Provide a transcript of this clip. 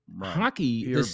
hockey